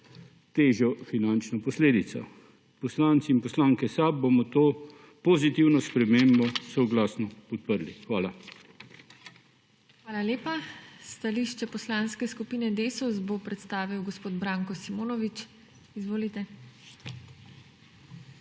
težjo finančno posledico. Poslanci in poslanke SAB bomo to pozitivno spremembo soglasno podprli. Hvala. PODPREDSEDNICA TINA HEFERLE: Hvala lepa. Stališče Poslanske skupine Desus bo predstavil gospod Branko Simonovič. Izvolite.